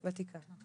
וותיקה.